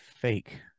fake